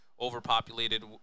overpopulated